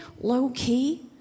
low-key